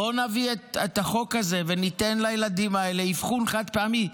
בואו נביא את החוק הזה וניתן לילדים האלה אבחון חד-פעמי.